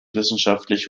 wissenschaftlich